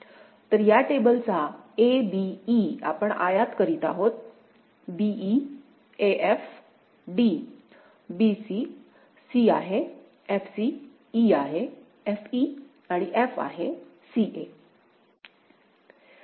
तर या टेबलाचा a b e आपण आयात करीत आहोत b e a f d b c c आहे f c e आहे f e आणि f आहे c a